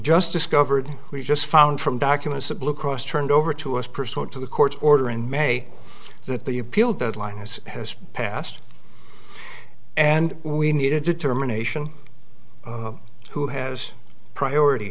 just discovered we just found from documents that blue cross turned over to us pursuant to the court's order in may that the appeal deadline is has passed and we need a determination who has priority